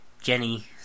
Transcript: Jenny